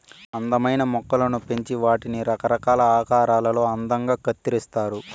అందమైన మొక్కలను పెంచి వాటిని రకరకాల ఆకారాలలో అందంగా కత్తిరిస్తారు